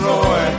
Roy